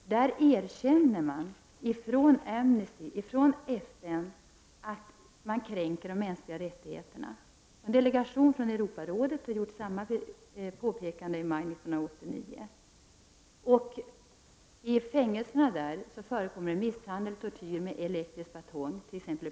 Amnesty och FN erkänner att man där kränker de mänskliga rättigheterna. En delegation från Europarådet gjorde samma bedömning i maj 1989. I fängelserna förekommer misshandel och tortyr med elektriska batonger t.ex.